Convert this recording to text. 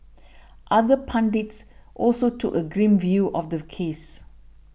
other pundits also took a grim view of the case